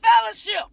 fellowship